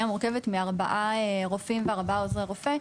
מורכבת מארבעה רופאים וארבעה עוזרי רופא,